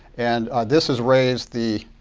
and this has raised the